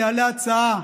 יעלה הצעה,